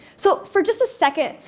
so for just a second,